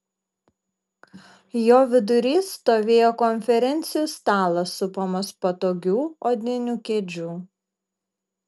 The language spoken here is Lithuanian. jo vidury stovėjo konferencijų stalas supamas patogių odinių kėdžių